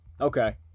Okay